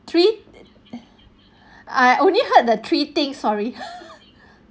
three I only heard the three thing sorry